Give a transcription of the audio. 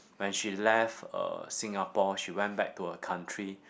when she left uh Singapore she went back to her country